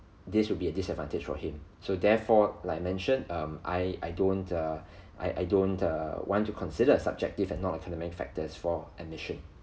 this will be a disadvantage for him so therefore like I mentioned um I I don't err I I don't err want to consider subjective and non academic factors for admission